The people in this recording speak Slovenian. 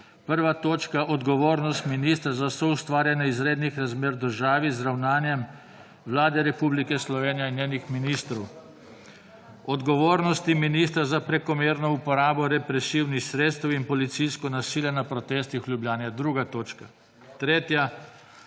Prva točka, odgovornost ministra za soustvarjanje izrednih razmer v državi z ravnanjem Vlade Republike Slovenije in njenih ministrov; odgovornosti ministra za prekomerno uporabo represivnih sredstev in policijsko nasilje na protestih v Ljubljani je druga točka.